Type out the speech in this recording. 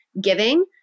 giving